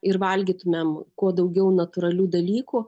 ir valgytumėm kuo daugiau natūralių dalykų